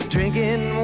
Drinking